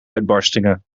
uitbarstingen